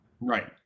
Right